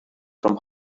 from